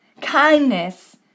kindness